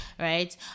Right